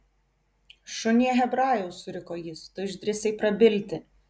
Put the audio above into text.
šunie hebrajau suriko jis tu išdrįsai prabilti